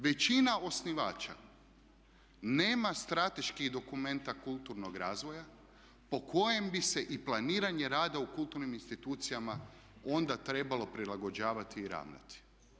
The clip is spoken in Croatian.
Većina osnivača nema strateških dokumenta kulturnog razvoja po kojem bi se i planiranje rada u kulturnim institucijama onda trebalo prilagođavati i ravnati.